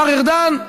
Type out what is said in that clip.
השר ארדן,